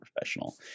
professional